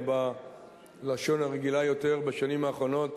או בלשון הרגילה יותר בשנים האחרונות: